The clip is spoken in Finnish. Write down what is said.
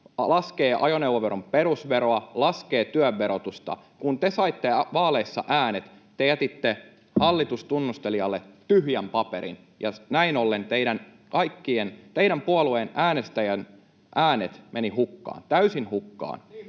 laskee ajoneuvoveron perusveroa, laskee työn verotusta. Kun te saitte vaaleissa äänet, te jätitte hallitustunnustelijalle tyhjän paperin, ja näin ollen teidän puolueen äänestäjien äänet menivät hukkaan, täysin hukkaan.